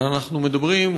אנחנו מדברים,